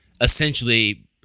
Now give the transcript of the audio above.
Essentially